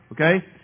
Okay